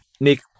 Nick